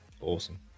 Awesome